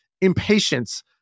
impatience